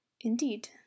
Indeed